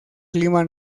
clima